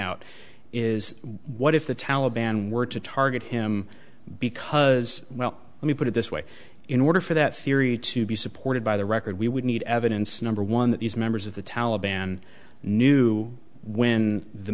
out is what if the taliban were to target him because well let me put it this way in order for that theory to be supported by the record we would need evidence number one that these members of the taliban knew when the